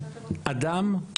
אדם,